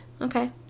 okay